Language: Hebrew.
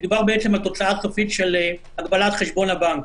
מדברים בעצם על תוצאה סופית של הגבלת חשבון הבנק.